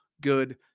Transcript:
good